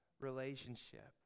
relationship